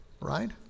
right